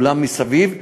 כולם מסביב,